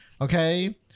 okay